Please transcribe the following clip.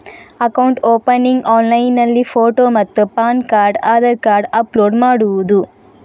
Account opening ಆನ್ಲೈನ್ನಲ್ಲಿ photo ಮತ್ತು PAN card Aadhaar card upload ಮಾಡುವುದು?